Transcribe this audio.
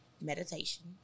meditation